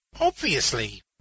obviously